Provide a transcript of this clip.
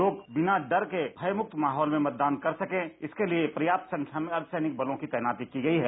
लोग बिना डर के भयमुक्त माहौल में मतदान कर सके इसके लिए पर्याप्त संख्या में अर्द्वसैनिक बलों की तैनाती की गई है